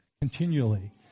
continually